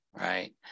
right